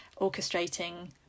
orchestrating